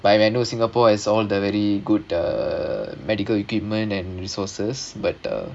but I mean I know singapore is all the very good uh medical equipment and resources but uh